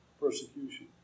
persecution